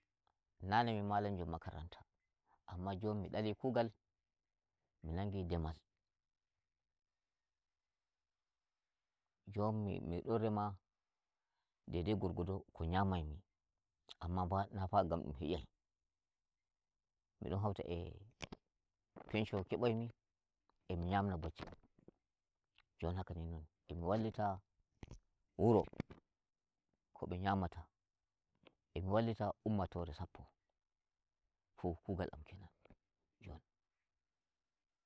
Nane mi malamjo makaranta, amma jon mi dali kugal mi nangi ndemal. Jon mi midon rema de dei gorgodo ki nyamai mi, amma ba fa ngan dum he'yai, midon hauta e kebai mi e'mi nyamna bacci am. Njon haka nin non, e mi wallita wuro ko be nyamata, e mi wallit ummatore sappo fu kugal am kenam njon.